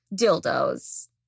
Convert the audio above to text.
dildos